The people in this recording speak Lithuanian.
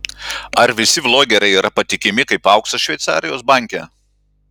ar visi vlogeriai yra patikimi kaip auksas šveicarijos banke